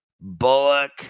Bullock